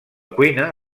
cuina